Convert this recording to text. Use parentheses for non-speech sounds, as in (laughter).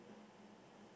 (breath)